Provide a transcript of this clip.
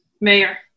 mayor